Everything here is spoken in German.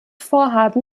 vorhaben